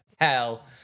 hell